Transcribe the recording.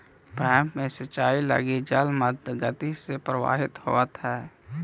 pipe में सिंचाई लगी जल मध्यम गति से प्रवाहित होवऽ हइ